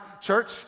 church